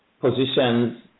positions